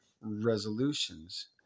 resolutions